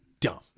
dumb